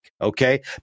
okay